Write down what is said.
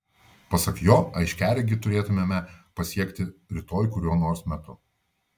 pasak jo aiškiaregį turėtumėme pasiekti rytoj kuriuo nors metu